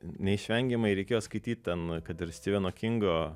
neišvengiamai reikėjo skaityt ten kad ir stiveno kingo